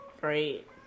great